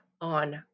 on